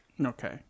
Okay